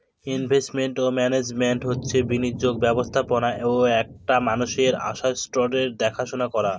investment management হচ্ছে বিনিয়োগের ব্যবস্থাপনা ও একটা মানুষের আসেটসের দেখাশোনা করা